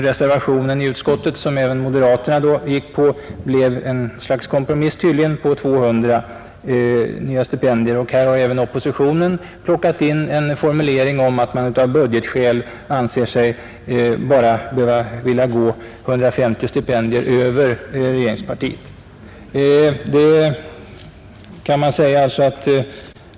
Reservationen i utskottet, som även moderaterna biträdde, blev ett slags kompromiss, tydligen, på 200 nya stipendier. Även oppositionen har här plockat in en formulering om att man av budgetskäl anser sig bara vilja förorda 150 stipendier mer än regeringspartiet.